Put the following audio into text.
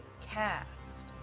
cast